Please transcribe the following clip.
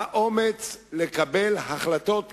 האומץ לקבל החלטות קשות.